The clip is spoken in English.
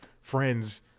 Friends